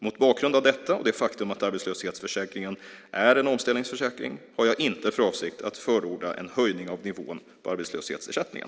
Mot bakgrund av detta och det faktum att arbetslöshetsförsäkringen är en omställningsförsäkring har jag inte för avsikt att förorda en höjning av nivån på arbetslöshetsersättningen.